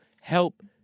help